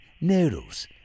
noodles